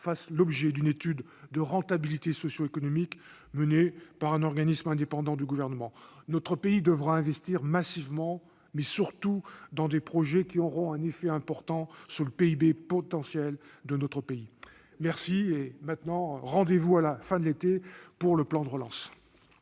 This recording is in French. fasse l'objet d'une étude de rentabilité socio-économique, menée par un organisme indépendant du Gouvernement. Notre pays devra investir massivement, mais surtout dans des projets qui auront un effet important sur le PIB potentiel de notre pays. Rendez-vous à la fin de l'été pour le plan de relance